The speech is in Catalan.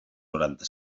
noranta